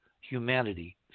humanity